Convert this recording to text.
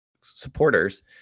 supporters